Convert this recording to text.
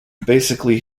basically